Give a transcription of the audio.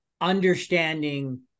understanding